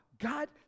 God